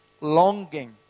longing